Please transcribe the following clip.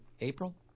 April